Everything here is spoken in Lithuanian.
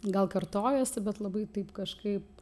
gal kartojosi bet labai taip kažkaip